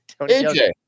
AJ